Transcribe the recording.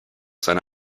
seine